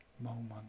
moment